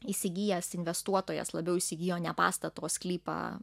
įsigijęs investuotojas labiau įsigijo ne pastatą o sklypą